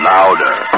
Louder